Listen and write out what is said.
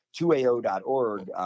2AO.org